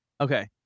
Okay